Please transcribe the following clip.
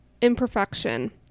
imperfection